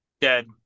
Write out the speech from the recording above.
Dead